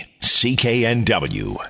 CKNW